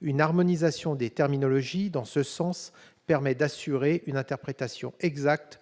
Une harmonisation des terminologies permettrait d'assurer une interprétation exacte